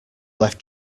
left